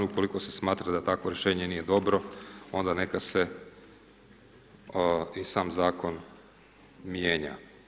Ukoliko se smatra da takvo rješenje nije dobro, onda neka se i sam Zakon mijenja.